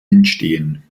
entstehen